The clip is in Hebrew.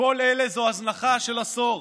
כל אלה זו הזנחה של עשור.